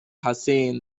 hassan